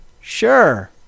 sure